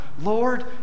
Lord